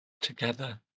together